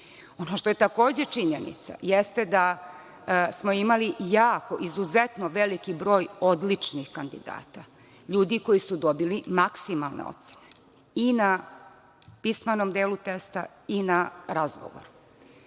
Ono što je takođe činjenica jeste da smo imali izuzetno veliki broj odličnih kandidata, ljudi koji su dobili maksimalne ocene i na pismenom delu testa i na razgovoru. To